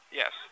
yes